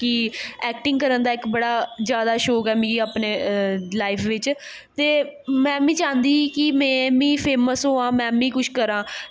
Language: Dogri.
कि ऐक्टिंग करन दा इक बड़ा जैदा शौक ऐ मी अपने लाइफ बिच्च ते में बी चांह्दी ही कि में बी फेमस होआं में बी कुछ करां